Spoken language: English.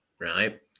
right